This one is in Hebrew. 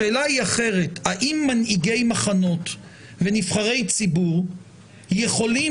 השאלה היא אחרת: האם מנהיגי מחנות ונבחרי ציבור יכולים,